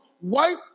white